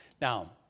Now